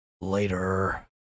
later